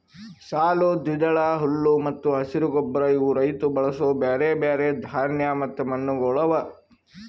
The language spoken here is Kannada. ಸಾಲು, ದ್ವಿದಳ, ಹುಲ್ಲು ಮತ್ತ ಹಸಿರು ಗೊಬ್ಬರ ಇವು ರೈತ ಬಳಸೂ ಬ್ಯಾರೆ ಬ್ಯಾರೆ ಧಾನ್ಯ ಮತ್ತ ಮಣ್ಣಗೊಳ್ ಅವಾ